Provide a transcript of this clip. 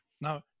Now